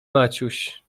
maciuś